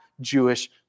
Jewish